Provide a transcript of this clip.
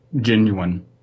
genuine